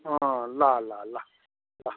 अँ ल ल ल ल